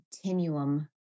continuum